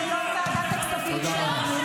כמה שנאה יש לכם.